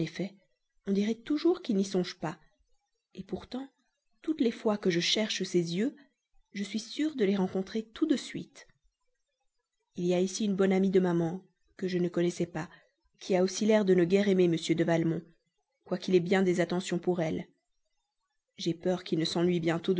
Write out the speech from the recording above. on dirait toujours qu'il n'y songe pas pourtant toutes les fois que je cherche ses yeux je suis sûre de les rencontrer tout de suite il y a ici une bonne amie de maman que je ne connaissais pas qui a aussi l'air de ne guère aimer m de valmont quoi qu'il ait bien des attentions pour elle j'ai peur qu'il ne s'ennuie